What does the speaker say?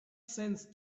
sense